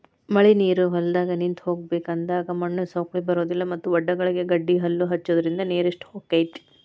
ಮಳಿನೇರು ಹೊಲದಾಗ ನಿಂತ ಹೋಗಬೇಕ ಅಂದಾಗ ಮಣ್ಣು ಸೌಕ್ಳಿ ಬರುದಿಲ್ಲಾ ಮತ್ತ ವಡ್ಡಗಳಿಗೆ ಗಡ್ಡಿಹಲ್ಲು ಹಚ್ಚುದ್ರಿಂದ ನೇರಷ್ಟ ಹೊಕೈತಿ